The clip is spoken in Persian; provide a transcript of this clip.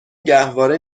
گهواره